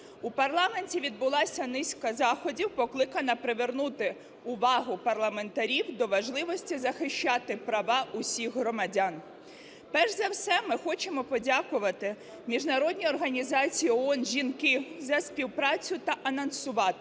У парламенті відбулася низка заходів, покликана привернути увагу парламентарів до важливості захищати права усіх громадян. Перш за все, ми хочемо подякувати Міжнародній організації ООН-Жінки за співпрацю та анонсувати,